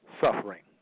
suffering